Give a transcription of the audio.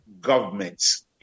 governments